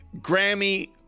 Grammy